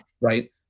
right